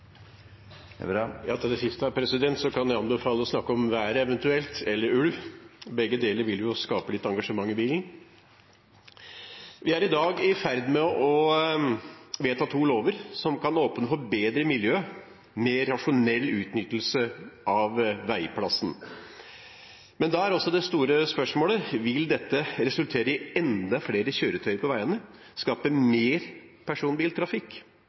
Til det siste kan jeg anbefale å snakke om været, eventuelt, eller ulv. Begge deler vil jo skape litt engasjement i bilen. Vi er i dag i ferd med å vedta to lover som kan åpne for bedre miljø, mer rasjonell utnyttelse av veiplassen. Men da er også det store spørsmålet: Vil dette resultere i enda flere kjøretøy på veiene, skape mer personbiltrafikk?